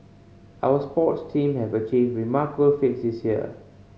our sports team have achieved remarkable feats this year